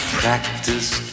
practice